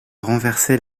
renverser